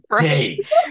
days